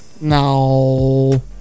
no